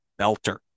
belter